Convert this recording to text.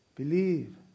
Believe